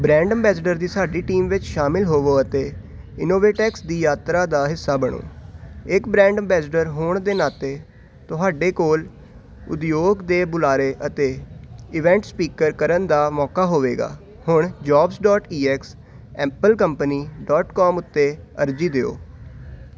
brand ਅੰਬੈਸਡਰਾਂ ਦੀ ਸਾਡੀ ਟੀਮ ਵਿੱਚ ਸ਼ਾਮਲ ਹੋਵੋ ਅਤੇ ਇਨੋਵੇਟਐਕਸ ਦੀ ਯਾਤਰਾ ਦਾ ਹਿੱਸਾ ਬਣੋ ਇੱਕ ਬ੍ਰਾਂਡ ਅੰਬੈਸਡਰ ਹੋਣ ਦੇ ਨਾਤੇ ਤੁਹਾਡੇ ਕੋਲ ਉਦਯੋਗ ਦੇ ਬੁਲਾਰੇ ਅਤੇ ਇਵੈਂਟ ਸਪੀਕਰ ਕਰਨ ਦਾ ਮੌਕਾ ਹੋਵੇਗਾ ਹੁਣ jobs dot E X apple company dot com ਉੱਤੇ ਅਰਜ਼ੀ ਦਿਓ